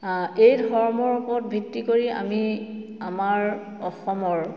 এই ধৰ্মৰ ওপৰত ভিত্তি কৰি আমি আমাৰ অসমৰ